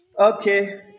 Okay